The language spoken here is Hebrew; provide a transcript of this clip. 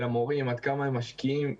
של המורים, עד כמה הם משקיעים בשבילנו,